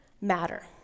matter